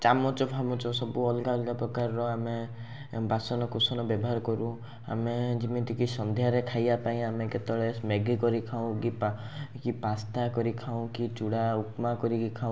ଚାମଚ ଫାମଚ ସବୁ ଅଲଗା ଅଲଗା ପ୍ରକାରର ଆମେ ବାସନକୁସନ ବ୍ୟବହାର କରୁ ଆମେ ଯେମିତିକି ସନ୍ଧ୍ୟାରେ ଖାଇବାପାଇଁ ଆମେ କେତେବେଳେ ମ୍ୟାଗି କରିଖାଉ କି କି ପା ପାସ୍ତା କରି ଖାଉ କି ଚୂଡ଼ା ଉପମା କରିକି ଖାଉ